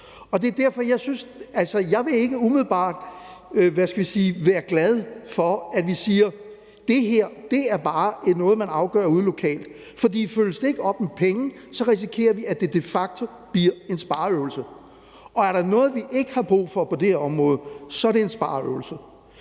Jeg vil ikke umiddelbart være glad for, at vi siger, at det her bare er noget, man afgør ude lokalt, for følges det ikke op med penge, risikerer vi, at det de facto bliver en spareøvelse. Og er der noget, vi ikke har brug for på det her område, så er det en spareøvelse.